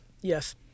Yes